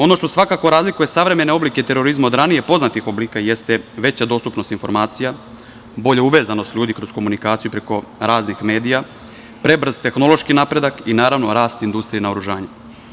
Ono što svakako razlikuje oblike terorizma od ranije poznatih oblika jeste veća dostupnost informacija, bolja uvezanost ljudi kroz komunikaciju preko raznih medija, i prebrz tehnološki napredak, i naravno rast industrije i naoružanja.